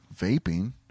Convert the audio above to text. vaping